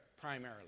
primarily